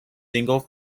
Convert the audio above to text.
single